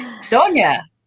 Sonia